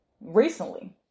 recently